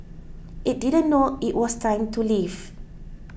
it didn't know it was time to leave